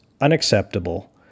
unacceptable